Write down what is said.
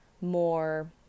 more